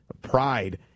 pride